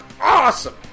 awesome